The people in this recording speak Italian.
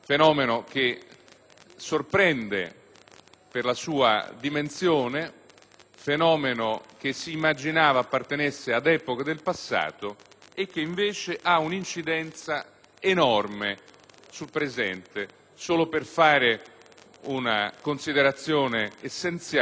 sorprendente per la sua dimensione, che s'immaginava appartenesse ad epoche del passato ma che invece ha un'incidenza enorme sul presente. Solo per fare una considerazione essenziale, signor Presidente,